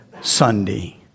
Sunday